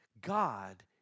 God